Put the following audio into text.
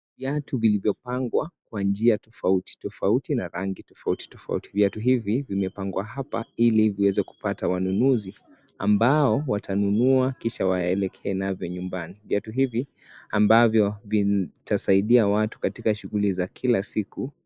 Viatu vilivyopangwa kwa njia tofauti tofauti tofauti na rangi tofauti, viatu hivi vimepangwa hapa ili viweze kupata wanunuzi ambao watanunua kisha waelekee navyo nyumbani, viatu hivi ambavyo vitasaidia watu katika shuguli za kila siku.